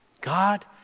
God